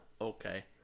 okay